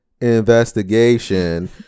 investigation